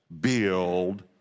build